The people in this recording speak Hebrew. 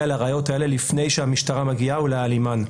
לראיות האלה לפני שהמשטרה מגיעה ולהעלימן,